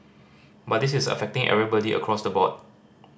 but this is affecting everybody across the board